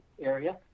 area